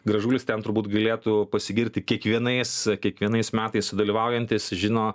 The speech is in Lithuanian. gražulis ten turbūt galėtų pasigirti kiekvienais kiekvienais metais sudalyvaujantis žino